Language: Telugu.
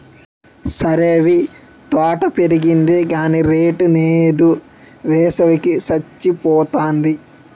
సరేవీ తోట పెరిగింది గాని రేటు నేదు, వేసవి కి సచ్చిపోతాంది